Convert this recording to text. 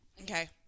Okay